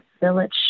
village